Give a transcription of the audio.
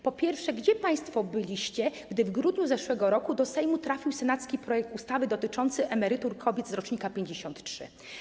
Po pierwsze, gdzie państwo byliście, gdy w grudniu zeszłego roku do Sejmu trafił senacki projekt ustawy dotyczący emerytur kobiet z rocznika 1953?